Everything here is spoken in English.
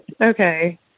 Okay